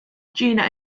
gina